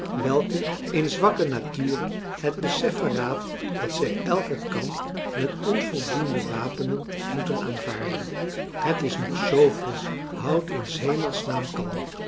welke in zwakke naturen het besef verraadt dat zij elken kamp met onvoldoende wapenen moeten aanvaarden het is nog zoo vroeg houd je in s hemelsnaam kalm